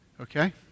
Okay